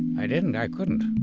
i didn't. i couldn't,